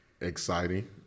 Exciting